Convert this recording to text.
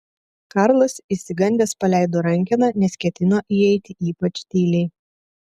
karlas išsigandęs paleido rankeną nes ketino įeiti ypač tyliai